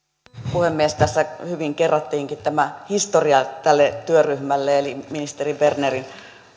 puhemies tässä hyvin kerrattiinkin tämä historia tälle työryhmälle eli ministeri berner